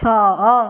ଛଅ